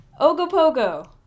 Ogopogo